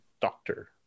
doctor